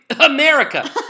America